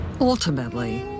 Ultimately